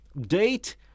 Date